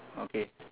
okay